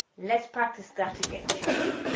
let's practice that again shall we,